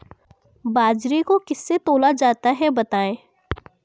बाजरे को किससे तौला जाता है बताएँ?